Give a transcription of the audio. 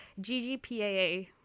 ggpaa